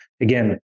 again